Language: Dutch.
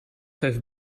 heeft